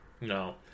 No